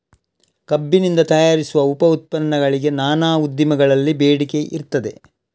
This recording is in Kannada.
ಕಬ್ಬಿನಿಂದ ತಯಾರಿಸುವ ಉಪ ಉತ್ಪನ್ನಗಳಿಗೆ ನಾನಾ ಉದ್ದಿಮೆಗಳಲ್ಲಿ ಬೇಡಿಕೆ ಇರ್ತದೆ